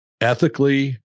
ethically